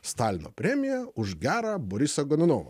stalino premiją už gerą borisą gonunovą